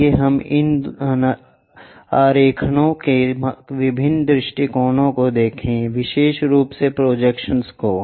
आइए हम इन आरेखणों के विभिन्न दृष्टिकोणों को देखें विशेष रूप से प्रोजेक्शन्स को